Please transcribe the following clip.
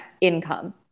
income